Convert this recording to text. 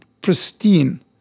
pristine